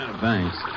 thanks